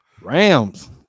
Rams